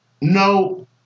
No